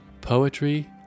Poetry